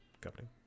company